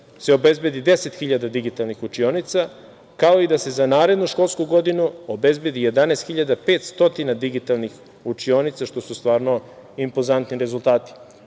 se obezbedi 10 hiljada digitalnih učionica, kao i da se za narednu školsku godinu obezbedi 11.500 digitalnih učionica, što su stvarno impozantni rezultati. Obe